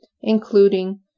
including